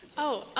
oh,